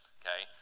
okay